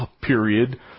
period